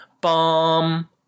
bomb